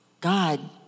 God